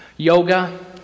Yoga